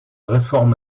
réforme